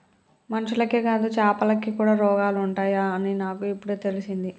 మనుషులకే కాదు చాపలకి కూడా రోగాలు ఉంటాయి అని నాకు ఇపుడే తెలిసింది